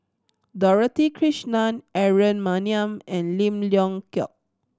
Dorothy Krishnan Aaron Maniam and Lim Leong Geok